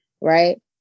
Right